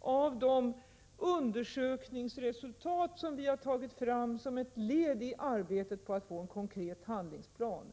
av de undersökningsresultat som vi har tagit fram som ett led i arbetet på en konkret handlingsplan.